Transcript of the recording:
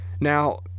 Now